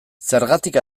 zergatik